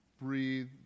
breathe